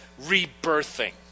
rebirthing